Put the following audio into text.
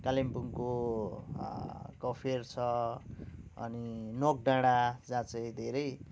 कालिम्पोङको कफेर छ अनि नोक डाँडा जहाँ चाहिँ धेरै